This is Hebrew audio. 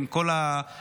עם כל הקושי,